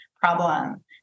problem